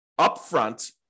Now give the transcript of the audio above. upfront